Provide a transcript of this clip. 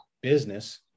business